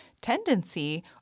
tendency